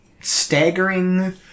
staggering